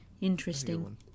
Interesting